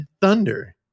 thunder